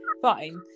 fine